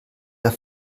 der